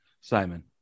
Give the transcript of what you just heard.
Simon